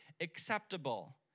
acceptable